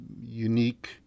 unique